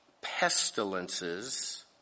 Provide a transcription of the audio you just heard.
pestilences